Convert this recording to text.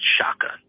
shotgun